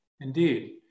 Indeed